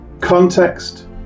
context